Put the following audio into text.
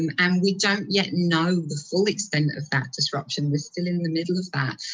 and and we don't yet know the full extent of that disruption. we're still in the middle of that.